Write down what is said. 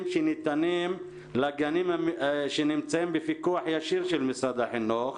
שניתנים לגנים שנמצאים בפיקוח ישיר של משרד החינוך,